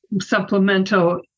supplemental